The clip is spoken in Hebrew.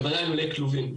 בוודאי לולים כלובים.